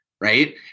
right